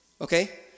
Okay